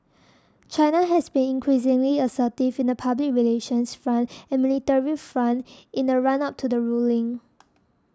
China has been increasingly assertive in the public relations front and military front in the run up to the ruling